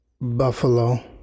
buffalo